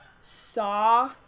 saw